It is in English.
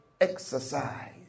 exercise